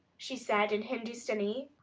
she said in hindustani.